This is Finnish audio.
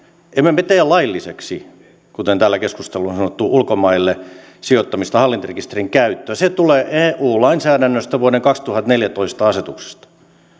emme me tee lailliseksi kuten täällä keskustelussa on sanottu ulkomaille sijoittamista hallintarekisterin käyttöä se tulee eu lainsäädännöstä vuoden kaksituhattaneljätoista asetuksesta